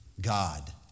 God